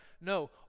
No